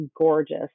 gorgeous